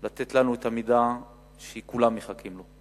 לתת לנו את המידע שכולם מחכים לו.